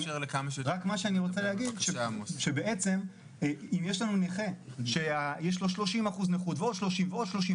בעצם אם יש לנו נכה שיש לו שלושים אחוז נכות ועוד שלושים,